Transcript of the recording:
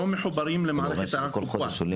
לא מחוברים למערכת הקופה.